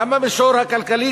גם במישור הכלכלי,